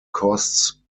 costs